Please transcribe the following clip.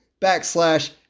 backslash